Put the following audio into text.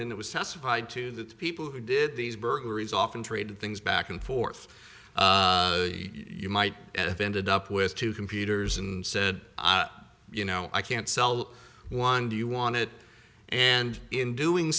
and it was testified to that the people who did these burglaries often traded things back and forth you might have ended up with two computers and said you know i can't sell one do you want it and in doing